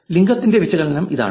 ലിംഗത്തിന്റെ വിശകലനം ഇതാണ്